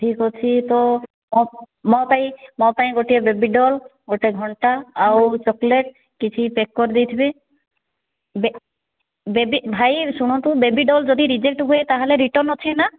ଠିକ୍ ଅଛି ତ ମୋ ପାଇଁ ମୋ ପାଇଁ ଗୋଟିଏ ବେବିଡ଼ଲ୍ ଗୋଟେ ଘଣ୍ଟା ଆଉ ଚକୋଲେଟ୍ କିଛି ପ୍ୟାକ୍ କରିଦେଇଥିବେ ବେବି ଭାଇ ଶୁଣନ୍ତୁ ବେବିଡ଼ଲ୍ ଯଦି ରିଜେକ୍ଟ୍ ହୁଏ ତାହାଲେ ରିଟର୍ନ୍ ଅଛି ନା